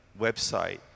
website